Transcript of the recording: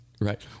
Right